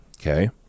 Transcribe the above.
okay